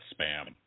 spam